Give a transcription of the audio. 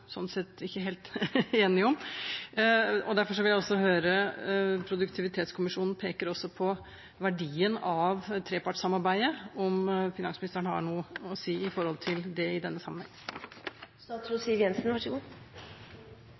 sånn sett ikke helt enige om. Derfor vil jeg også høre, når Produktivitetskommisjonen også peker på verdien av trepartssamarbeidet, om finansministeren har noe å si i forhold til det i denne